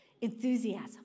Enthusiasm